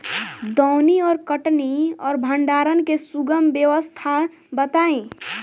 दौनी और कटनी और भंडारण के सुगम व्यवस्था बताई?